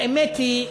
האמת היא,